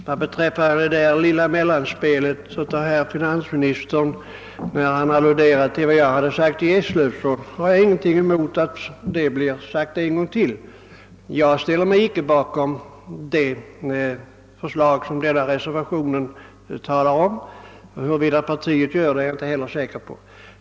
Herr talman! Vad beträffar det lilla mellanspelet av herr finansministern, där han alluderar på vad jag sade i Eslöv, ställer jag mig icke bakom det förslag som denna reservation talar om. Huruvida partiet gör det är jag inte heller säker på.